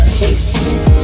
chasing